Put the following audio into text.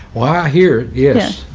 why here? yes.